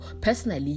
personally